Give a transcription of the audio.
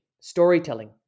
storytelling